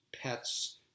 pets